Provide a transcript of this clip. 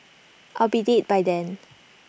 I'll be dead by then